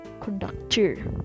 conductor